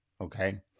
okay